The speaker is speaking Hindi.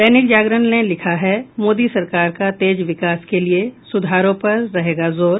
दैनिक जागरण ने लिखा है मोदी सरकार का तेज विकास के लिए सुधारों पर रहेगा जोर